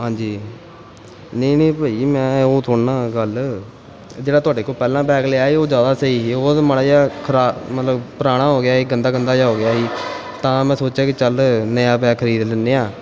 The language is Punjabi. ਹਾਂਜੀ ਨਹੀਂ ਨਹੀਂ ਭਾਅ ਜੀ ਮੈਂ ਉਹ ਥੋੜ੍ਹਾ ਨਾ ਗੱਲ ਜਿਹੜਾ ਤੁਹਾਡੇ ਕੋਲੋਂ ਪਹਿਲਾਂ ਬੈਗ ਲਿਆ ਸੀ ਉਹ ਜ਼ਿਆਦਾ ਸਹੀ ਸੀ ਉਹ ਤਾਂ ਮਾੜਾ ਜਿਹਾ ਖ਼ਰਾਬ ਮਤਲਬ ਪੁਰਾਣਾ ਹੋ ਗਿਆ ਸੀ ਗੰਦਾ ਗੰਦਾ ਜਿਹਾ ਹੋ ਗਿਆ ਸੀ ਤਾਂ ਮੈਂ ਸੋਚਿਆ ਕਿ ਚੱਲ ਨਿਆ ਬੈਗ ਖਰੀਦ ਲੈਂਦੇ ਹਾਂ